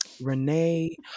Renee